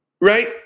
Right